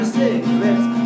cigarettes